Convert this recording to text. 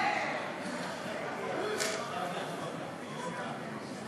מסדר-היום את הצעת חוק-יסוד: משק המדינה (תיקון,